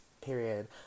period